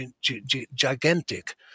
gigantic